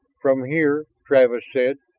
from here, travis said,